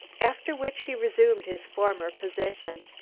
after which he resumed his former position.